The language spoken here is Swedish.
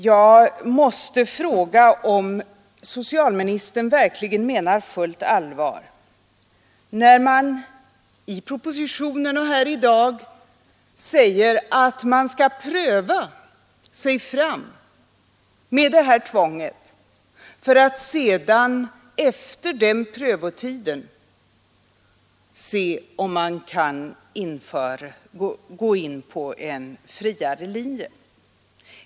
Jag måste fråga om socialministern verkligen menar fullt allvar när han i propositionen och här i dag säger att man skall pröva sig fram med det här tvånget för att efter den prövotiden se om man kan gå in på en friare linje.